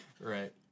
Right